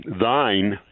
thine